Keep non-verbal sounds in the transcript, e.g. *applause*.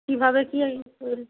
কীভাবে কী *unintelligible*